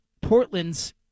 Portland's